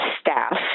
staff